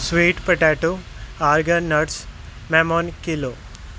sweet potato organ nuts ਮੈਮੋਨ kilo